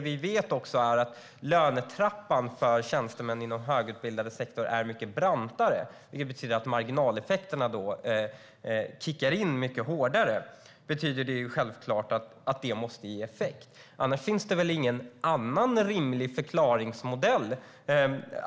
Vi vet också att lönetrappan för högutbildade tjänstemän är mycket brantare, vilket betyder att marginaleffekterna kickar in mycket hårdare. Detta ger självklart effekt och är den rimliga förklaringsmodellen.